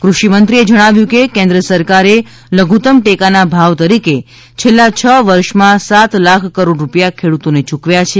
કૃષિમંત્રીએ જણાવ્યું હતું કે કેન્દ્ર સરકારે લધુત્તમ ટેકાના ભાવ તરીકે છેલ્લાં છ વર્ષમાં સાત લાખ કરોડ રૂપિયા ખેડૂતોને ચૂકવ્યા છે